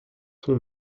son